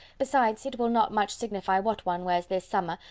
besides, it will not much signify what one wears this summer,